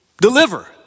deliver